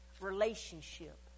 relationship